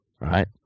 right